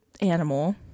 animal